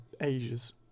ages